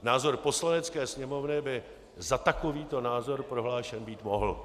Názor Poslanecké sněmovny by za takovýto názor prohlášen být mohl.